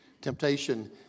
Temptation